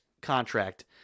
contract